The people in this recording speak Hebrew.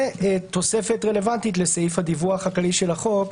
ותוספת רלוונטית לסעיף הדיווח הכללי של החוק.